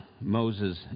Moses